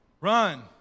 Run